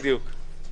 בדיוק.